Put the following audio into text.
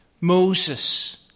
Moses